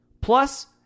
Plus